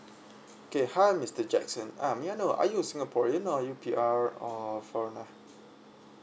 K hi mister jackson um may I know are you a singaporean or you P_R or foreigner